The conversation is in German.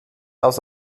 aus